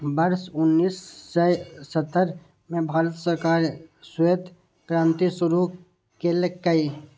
वर्ष उन्नेस सय सत्तर मे भारत सरकार श्वेत क्रांति शुरू केलकै